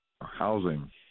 housing